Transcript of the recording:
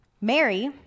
Mary